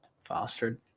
fostered